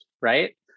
right